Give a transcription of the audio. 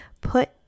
put